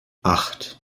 acht